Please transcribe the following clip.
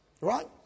right